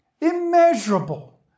immeasurable